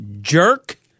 Jerk